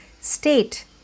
state